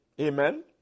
amen